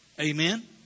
Amen